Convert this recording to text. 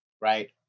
right